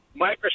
Microsoft